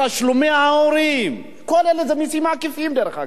תשלומי ההורים, כל אלה זה מסים עקיפים, דרך אגב.